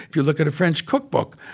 if you look at a french cookbook,